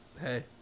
Hey